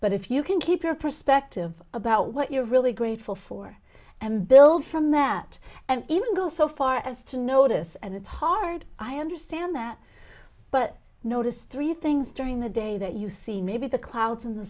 but if you can keep your perspective about what you're really grateful for and build from that and even go so far as to notice and it's hard i understand that but notice three things during the day that you see maybe the clouds in the